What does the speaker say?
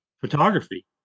Photography